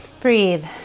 Breathe